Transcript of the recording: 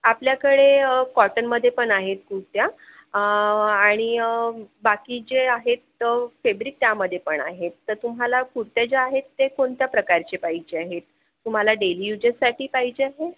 आपल्याकडे कॉटनमध्ये पण आहेत कुर्त्या आणि बाकी जे आहेत फेब्रिक त्यामध्ये पण आहेत तर तुम्हाला कुर्त्या ज्या आहेत ते कोणत्या प्रकारचे पाहिजे आहेत तुम्हाला डेली यूजेससाठी पाहिजे आहेत